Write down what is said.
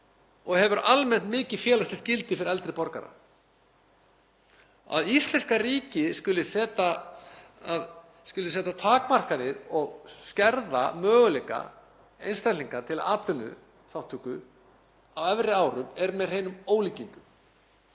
og hefur almennt mikið félagslegt gildi fyrir eldri borgara. Að íslenska ríkið skuli setja takmarkanir og skerða möguleika einstaklinga til atvinnuþátttöku á efri árum er með hreinum ólíkindum,